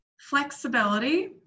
flexibility